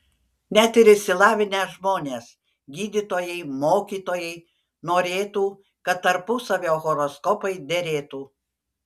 net ir išsilavinę žmonės gydytojai mokytojai norėtų kad tarpusavio horoskopai derėtų